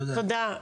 תודה.